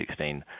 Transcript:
2016